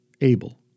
Abel